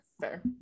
fair